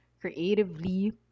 creatively